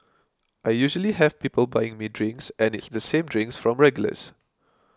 I usually have people buying me drinks and it's the same drinks from regulars